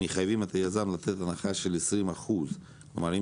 מחייבים את היזם לתת הנחה של 20%. כלומר אם